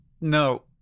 No